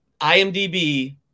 IMDb